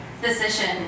decision